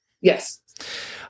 yes